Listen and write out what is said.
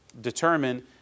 determine